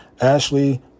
Ashley